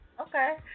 Okay